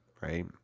right